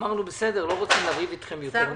אמרנו, בסדר, לא רוצים לריב אתכם יותר מדי.